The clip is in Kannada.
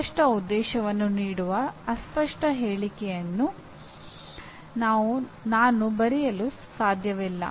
ಅಸ್ಪಷ್ಟ ಉದ್ದೇಶವನ್ನು ನೀಡುವ ಅಸ್ಪಷ್ಟ ಹೇಳಿಕೆಯನ್ನು ನಾನು ಬರೆಯಲು ಸಾಧ್ಯವಿಲ್ಲ